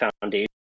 foundation